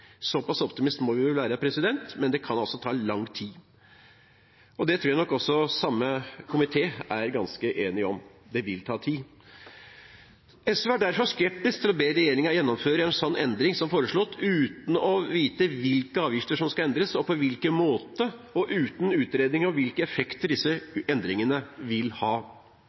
Såpass optimistiske må vi være, men det kan altså ta lang tid. Det tror jeg nok også komiteen er ganske enig om: Det vil ta tid. SV er derfor skeptisk til å be regjeringen gjennomføre en endring som foreslått, uten å vite hvilke avgifter som skal endres, og på hvilken måte, og uten utredning av hvilke effekter disse endringene vil ha.